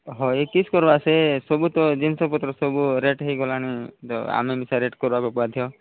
ହଁ ଇଏ କିସ୍ କରିବା ସେ ସବୁ ତ ଜିନିଷପତ୍ର ସବୁ ରେଟ୍ ହୋଇଗଲାଣି ଆମେ ରେଟ୍ କରିବାକୁ ବାଧ୍ୟ